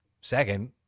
second